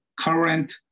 current